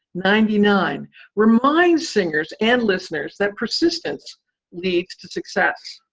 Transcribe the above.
ninety nine remain singers and listeners that persistence leads to success.